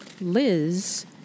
Liz